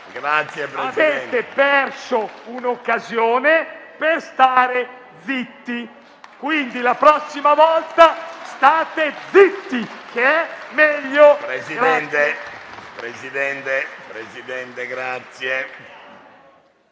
Avete perso un'occasione per stare zitti; quindi la prossima volta state zitti, che è meglio.